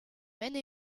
maine